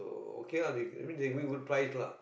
okay lah they I mean they give me good price lah